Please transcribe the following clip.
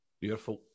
Beautiful